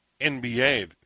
NBA